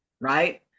right